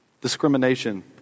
Discrimination